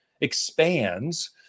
expands